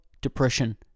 depression